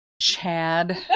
Chad